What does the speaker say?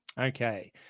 Okay